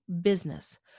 business